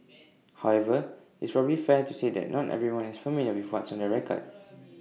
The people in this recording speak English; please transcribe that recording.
however is probably fair to say that not everyone is familiar with what's on the record